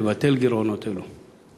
לבטל גירעונות אלו.